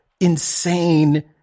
insane